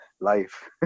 life